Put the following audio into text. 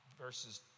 verses